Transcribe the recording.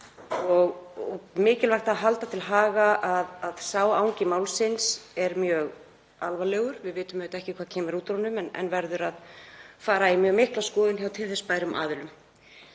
og mikilvægt að halda því til haga að sá angi málsins er mjög alvarlegur. Við vitum auðvitað ekkert hvað kemur út úr honum en hann verður að fara í mjög mikla skoðun hjá til þess bærum aðilum.